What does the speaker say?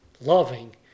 loving